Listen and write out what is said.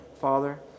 Father